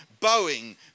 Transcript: Boeing